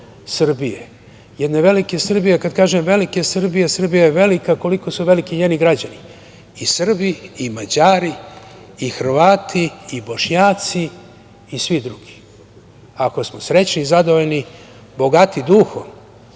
Srbije, jedne velike Srbije. Kad kažem velike Srbije, Srbija je velika koliko su veliki i njegovi građani i Srbi i Mađari i Hrvati i Bošnjaci i svi drugi. Ako smo srećni i zadovoljni, bogati duhom